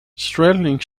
straddling